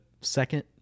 second